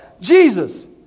Jesus